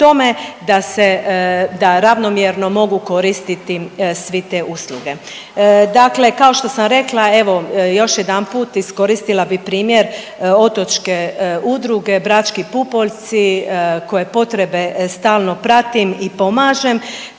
da ravnomjerno mogu koristiti svi te usluge. Dakle kao što sam rekla evo još jedanput iskoristila bi primjer otočke udruge „Brački pupoljci“ koje potrebe stalno pratim i pomažem,